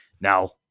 now